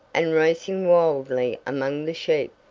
and racing wildly among the sheep.